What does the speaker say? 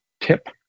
tip